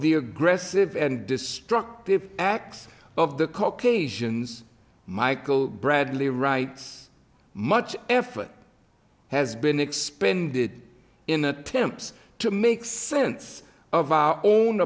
the aggressive and destructive acts of the caucasians michael bradley writes much effort has been expended in attempts to make sense of o